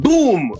Boom